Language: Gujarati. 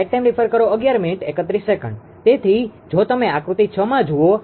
તેથી જો તમે આકૃતિ 6માં જુઓ